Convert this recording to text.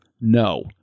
No